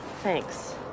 Thanks